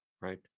right